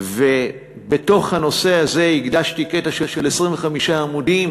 ובתוך הנושא הזה הקדשתי קטע של 25 עמודים